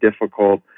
difficult